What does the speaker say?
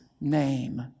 name